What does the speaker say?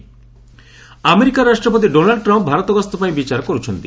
US Trump ଆମେରିକାର ରାଷ୍ଟ୍ରପତି Donald Trump Bharat ଗସ୍ତ ପାଇଁ ବିଚାର କରୁଛନ୍ତି